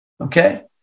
Okay